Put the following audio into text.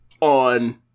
on